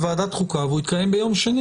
והוא יתקיים ביום שני